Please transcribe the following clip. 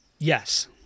Yes